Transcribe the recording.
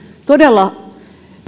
todella